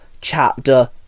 chapter